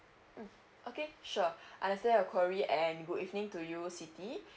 mm okay sure I understand your query and good evening to you siti